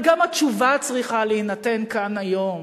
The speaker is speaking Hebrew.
אבל גם התשובה צריכה להינתן כאן היום.